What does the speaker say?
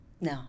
No